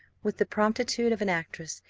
with the promptitude of an actress,